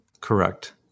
Correct